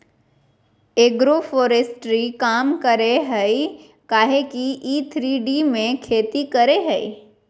agroforestry काम करेय हइ काहे कि इ थ्री डी में खेती करेय हइ